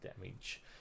damage